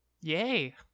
Yay